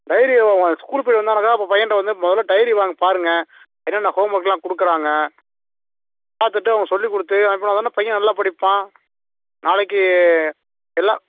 டைரியை அவன் அவன் ஸ்கூல் போய் வந்தானாக்கா பையன்கிட்ட வந்து மொதலில் டைரி வாங்கி பாருங்கள் என்னன்ன ஹோம் ஓர்க்லாம் கொடுக்கறாங்க பார்த்துட்டு அவனை சொல்லிக் கொடுத்து அனுப்பினா தானே பையன் நல்லா படிப்பான் நாளைக்கு எல்லாம்